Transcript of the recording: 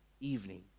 evening